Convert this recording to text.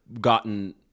gotten